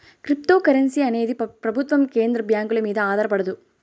cryptocurrency అనేది ప్రభుత్వం కేంద్ర బ్యాంకుల మీద ఆధారపడదు